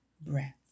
breath